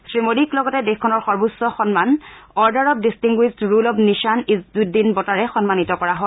শ্ৰীমোডীক লগতে দেশখনৰ সৰ্বোচ্চ সন্মান order of distinguished rule of Nishan Izzuddeen বঁটাৰে সন্মানিত কৰা হয়